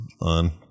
on